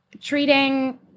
treating